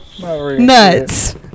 Nuts